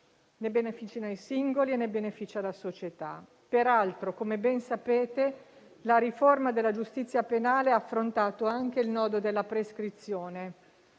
Ne beneficiano i singoli e ne beneficia la società. Peraltro, come ben sapete, la riforma della giustizia penale ha affrontato anche il nodo della prescrizione.